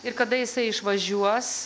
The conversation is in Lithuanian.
ir kada jisai išvažiuos